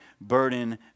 burden